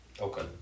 Okay